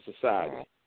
society